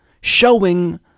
showing